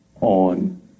on